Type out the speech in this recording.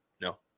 No